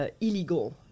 illegal